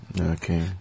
Okay